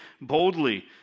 boldly